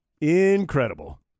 incredible